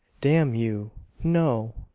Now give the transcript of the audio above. damn you no!